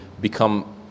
become